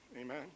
Amen